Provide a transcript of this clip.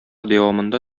дәвамында